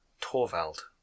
Torvald